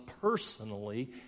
personally